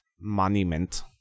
monument